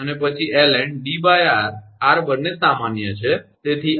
અને પછી ln𝐷𝑟 𝑟 બંને સામાન્ય છે